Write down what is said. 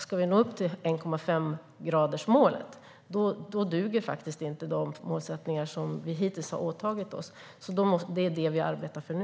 Ska vi nå upp till 1,5-gradersmålet duger faktiskt inte de målsättningar som vi hittills har åtagit oss att leva upp till. Det är detta som vi arbetar för nu.